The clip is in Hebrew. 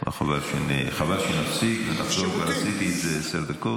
חבל שנפסיק ונחזור, כבר עשיתי את זה עשר דקות.